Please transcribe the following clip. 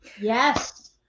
Yes